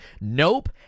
nope